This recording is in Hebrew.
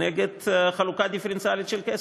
עקרונית לחלוקה דיפרנציאלית של כסף,